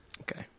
Okay